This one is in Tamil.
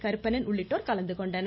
கருப்பணன் உள்ளிட்டோர் கலந்துகொண்டனர்